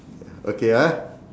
okay ah